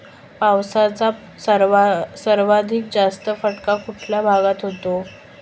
पावसाचा सर्वाधिक जास्त फटका कुठल्या भागात होतो?